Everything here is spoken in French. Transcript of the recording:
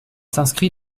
s’inscrit